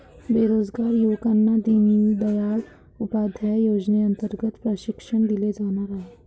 बेरोजगार युवकांना दीनदयाल उपाध्याय योजनेअंतर्गत प्रशिक्षण दिले जाणार आहे